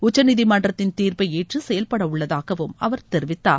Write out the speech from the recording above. உச்சநீதிமன்றத்தின் தீர்ப்பை ஏற்று செயல்பட உள்ளதாக அவர் தெரிவித்தார்